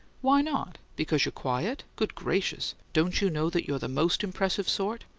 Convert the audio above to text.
why not? because you're quiet? good gracious! don't you know that you're the most impressive sort?